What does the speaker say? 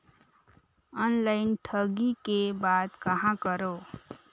Online ठगी के बाद कहां करों?